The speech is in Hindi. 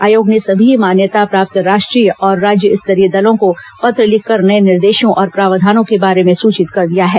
आयोग ने सभी मान्यता प्राप्त राष्ट्रीय और राज्य स्तरीय दलों को पत्र लिखकर नए निर्देशों और प्रावधानों के बारे में सूचित कर दिया है